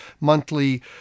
monthly